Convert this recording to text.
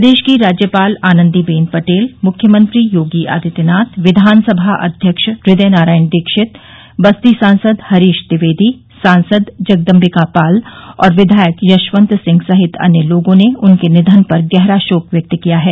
प्रदेश की राज्यपाल आनन्दीबेन पटेल मुख्यमंत्री योगी आदित्यनाथ विधानसभा अध्यक्ष हृदय नारायण दीक्षित बस्ती सांसद हरीश द्विवेदी सांसद जगदम्बिका पाल और विधायक यशवंत सिंह सहित अन्य लोगों ने उनके निधन पर गहरा शोक व्यक्त किया है